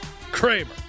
Kramer